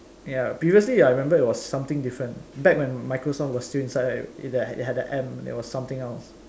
ya previously ya I remembered it was something different back when Microsoft was still inside right it had the M it was something else